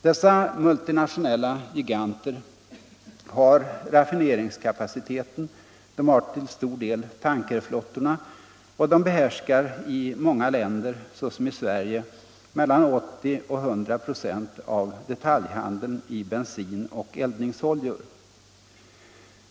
Dessa multinationella giganter har raffineringskapaciteten, de har till stor del tankerflottorna, och de behärskar i många länder, såsom i Sverige, mellan 80 och 100 96 av detaljhandeln i bensin och eldningsoljor.